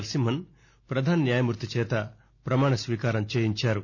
నరసింహన్ ప్రధాన న్యాయమూర్తి చేత ప్రమాణ స్పీకారం చేయించారు